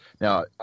Now